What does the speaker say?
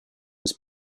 his